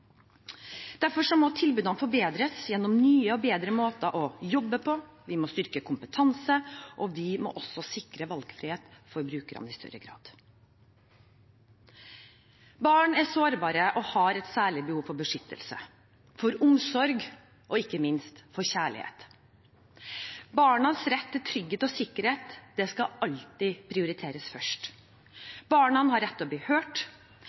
Derfor må tilbudene forbedres gjennom nye og bedre måter å jobbe på, vi må styrke kompetanse, og vi må også sikre valgfrihet for brukerne i større grad. Barn er sårbare og har et særlig behov for beskyttelse, for omsorg og ikke minst for kjærlighet. Barnas rett til trygghet og sikkerhet skal alltid prioriteres først. Barna har rett til å bli hørt,